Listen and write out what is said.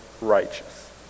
righteous